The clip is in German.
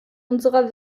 unserer